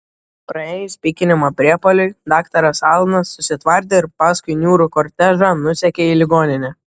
praėjus pykinimo priepuoliui daktaras alanas susitvardė ir paskui niūrų kortežą nusekė į ligoninę